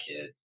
kids